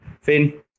finn